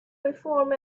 reform